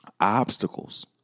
obstacles